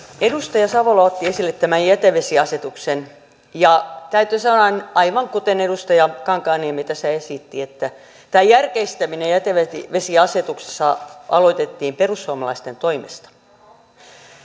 edustaja savola otti esille tämän jätevesiasetuksen ja täytyy sanoa aivan kuten edustaja kankaanniemi tässä esitti että tämä järkeistäminen jätevesiasetuksessa aloitettiin perussuomalaisten toimesta